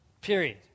Period